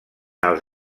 els